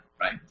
right